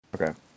Okay